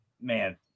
Man